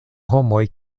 homoj